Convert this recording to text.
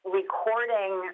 recording